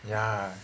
ya